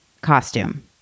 costume